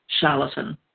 charlatan